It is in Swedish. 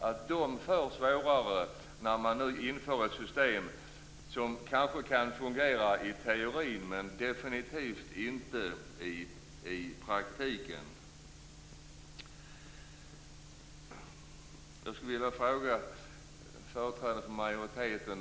De får det svårare när man inför ett system som kanske kan fungera i teorin men som definitivt inte gör det i praktiken.